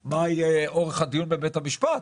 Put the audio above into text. מה יהיה אורך הדיון בבית המשפט,